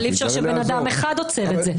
אי-אפשר שבן אדם אחד עוצר את זה.